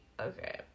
Okay